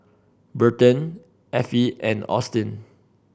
Burton Affie and Austyn